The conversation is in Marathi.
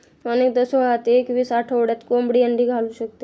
अनेकदा सोळा ते एकवीस आठवड्यात कोंबडी अंडी घालू शकते